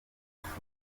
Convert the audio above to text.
ibintu